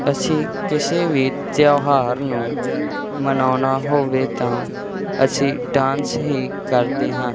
ਅਸੀਂ ਕਿਸੇ ਵੀ ਤਿਉਹਾਰ ਨੂੰ ਮਨਾਉਣਾ ਹੋਵੇ ਤਾਂ ਅਸੀਂ ਡਾਂਸ ਹੀ ਕਰਦੇ ਹਾਂ